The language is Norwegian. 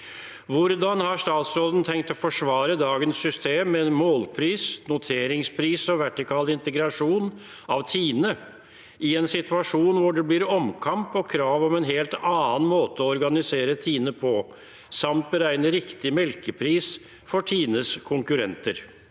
Hvordan har statsråden tenkt å forsvare dagens system med målpris/noteringspris og vertikal integrasjon av TINE i en situasjon hvor det blir omkamp og krav om en helt annen måte å organisere TINE på, samt beregne riktig melkepris for TINEs konkurrenter?»